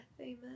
Amen